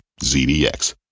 ZDX